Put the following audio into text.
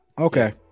Okay